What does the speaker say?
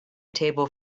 table